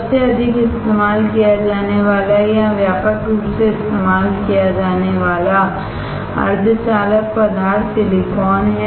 सबसे अधिक इस्तेमाल किया जाने वाला या व्यापक रूप से इस्तेमाल किया जाने वाला सेमी कंडक्टर पदार्थ सिलिकॉन है